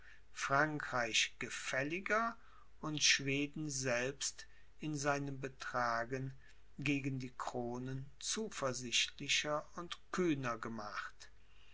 frankreich gefälliger und schweden selbst in seinem betragen gegen die kronen zuversichtlicher und kühner gemacht